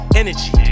energy